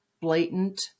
blatant